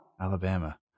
Alabama